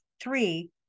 three